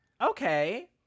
okay